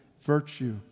virtue